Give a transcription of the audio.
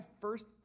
first